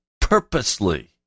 purposely